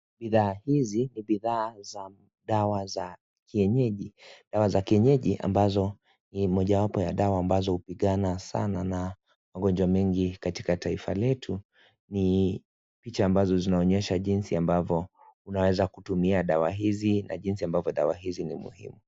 Bidhaa hizi ni bidhaa za dawa za kienyeji, dawa za kienyeji ambazo ni mojawapo ya dawa ambazo hupigana sana na magonjwa mengi katika taifa letu, ni picha ambazo zinaonyesha jinsi ambavyo unaweza kutumia dawa hizi na jinsi ambavyo dawa hizi ni muhimu.